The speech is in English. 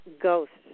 ghosts